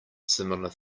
similar